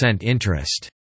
interest